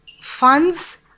funds